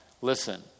listen